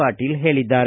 ಪಾಟೀಲ ಹೇಳಿದ್ದಾರೆ